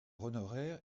honoraire